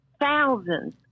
thousands